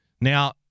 Now